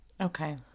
Okay